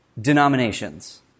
denominations